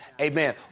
amen